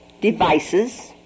devices